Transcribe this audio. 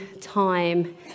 time